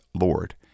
Lord